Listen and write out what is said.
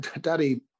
Daddy